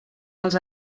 els